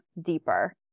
deeper